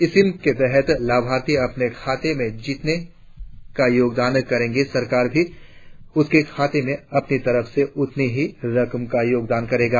scheme के तहत लाभार्थी अपने खाते में जितने का योगदाण करेगा सरकार भी उसके खाते में अपनी तरफ से उतनी ही रकम का योगदान करेगी